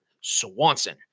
Swanson